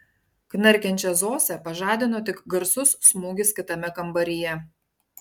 knarkiančią zosę pažadino tik garsus smūgis kitame kambaryje